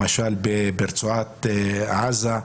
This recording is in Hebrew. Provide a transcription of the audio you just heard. למשל ברצועת עזה,